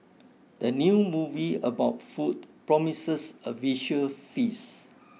the new movie about food promises a visual feast